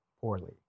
Poorly